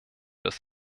das